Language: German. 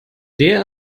der